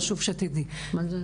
חשוב שתדעי עליהם.